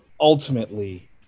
ultimately